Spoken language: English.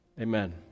amen